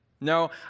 No